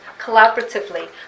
collaboratively